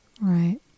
Right